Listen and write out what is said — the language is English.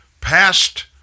passed